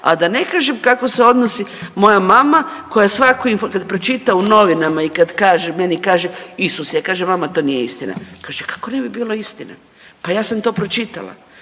a da ne kažem kako se odnosi moja mama koja kad pročita u novinama i kad kaže, meni kaže Isuse. Ja kažem mama to nije istina. Kaže kako ne bi bila istina, pa ja sam to pročitala